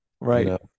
Right